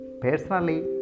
personally